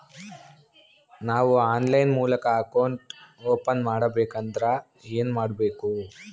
ನಾವು ಆನ್ಲೈನ್ ಮೂಲಕ account open ಮಾಡಬೇಂಕದ್ರ ಏನು ಕೊಡಬೇಕು?